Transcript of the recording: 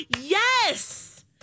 Yes